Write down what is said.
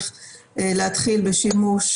הצוות באים מהם ולא רק את הכיוון הכללי של כל